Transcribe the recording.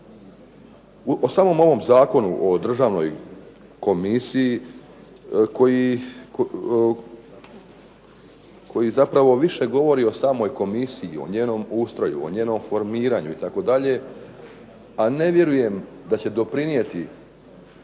U samom ovom Zakonu o Državnoj komisiji koji zapravo više govori o samoj komisiji i o njenom ustroju, o njenom formiranju itd., a ne vjerujem da će doprinijeti